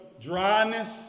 dryness